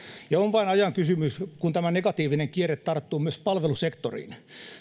ja on vain ajan kysymys koska tämä negatiivinen kierre tarttuu myös palvelusektoriin